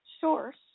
source